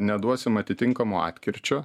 neduosim atitinkamo atkirčio